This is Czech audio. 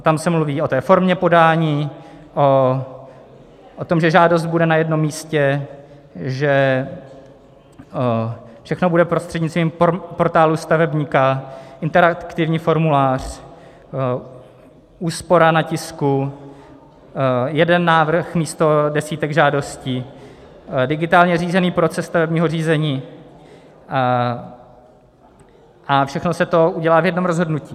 Tam se mluví o té formě podání, o tom, že žádost bude na jednom místě, že všechno bude prostřednictvím portálu stavebníka, interaktivní formulář, úspora na tisku, jeden návrh místo desítek žádostí, digitálně řízený proces stavebního řízení, a všechno se to udělá v jednom rozhodnutí.